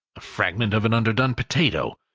a fragment of an underdone potato.